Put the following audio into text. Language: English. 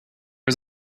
was